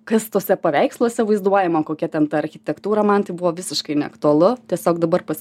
kas tuose paveiksluose vaizduojama kokia ten ta architektūra man tai buvo visiškai neaktualu tiesiog dabar pas